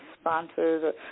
sponsors